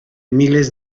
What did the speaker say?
miles